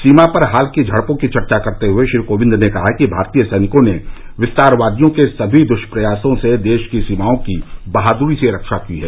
सीमा पर हाल की झडपों की चर्चा करते हुए श्री कोविंद ने कहा कि भारतीय सैनिकों ने विस्तारवादियों के सभी द्ष्प्रयासों से देश की सीमाओं की बहादुरी से रक्षा की है